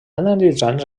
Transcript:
analitzant